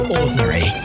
ordinary